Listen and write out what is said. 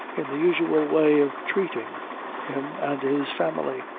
in the usual way of treating him and his family.